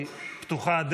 הדלת פתוחה,